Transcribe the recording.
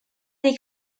dei